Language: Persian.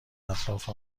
اطراف